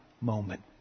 moment